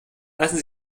lassen